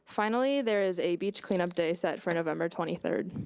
finally, there is a beach clean up day set for november twenty third.